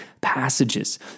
passages